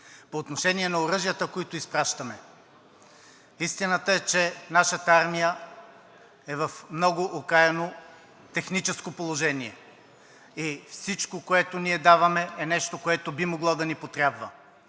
По отношение на оръжията, които изпращаме. Истината е, че нашата армия е в много окаяно техническо положение и всичко, което ние даваме, е нещо, което би могло да ни потрябва.